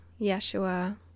Yeshua